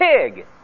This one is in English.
pig